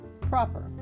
proper